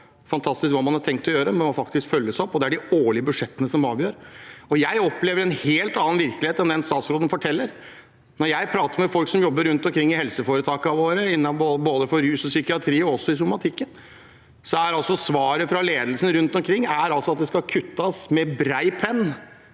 fantastiske man har tenkt å gjøre. Det må faktisk følges opp, og det er de årlige budsjettene som avgjør. Jeg opplever en helt annen virkelighet enn den statsråden forteller om. Når jeg prater med folk som jobber rundt omkring i helseforetakene våre, innenfor både rus og psykiatri og også somatikk, er svaret fra ledelsen rundt omkring at det skal kuttes med bred penn.